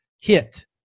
hit